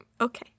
Okay